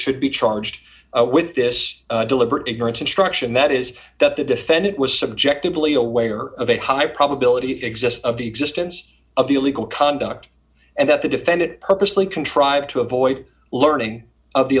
should be charged with this deliberate ignorance instruction that is that the defendant was subjectively away or of a high probability exists of the existence of the illegal conduct and that the defendant purposely contrived to avoid learning of the